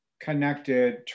connected